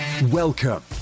Welcome